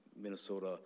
Minnesota